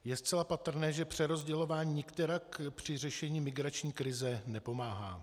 Je zcela patrné, že přerozdělování nikterak při řešení migrační krize nepomáhá.